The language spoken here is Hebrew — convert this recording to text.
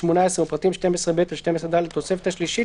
18 ופרטים (12ב) עד 12(ד) לתוספת השלישית